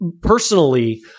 personally